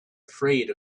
afraid